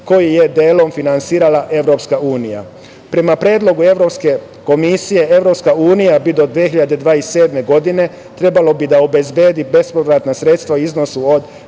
koje je delom finansirala Evropska unija. Prema predlogu Evropske komisije, Evropska unija bi do 2027. godine trebalo da obezbedi bespovratna sredstva u iznosu od